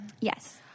Yes